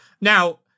Now